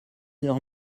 heures